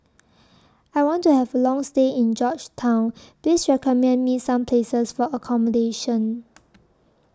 I want to Have A Long stay in Georgetown Please recommend Me Some Places For accommodation